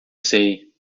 sei